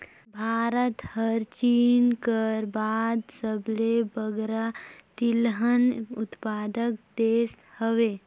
भारत हर चीन कर बाद सबले बगरा तिलहन उत्पादक देस हवे